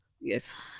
yes